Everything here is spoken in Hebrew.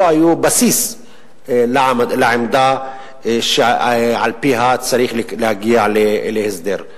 היו בסיס לעמדה שעל-פיה צריך להגיע להסדר.